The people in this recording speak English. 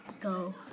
go